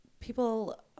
People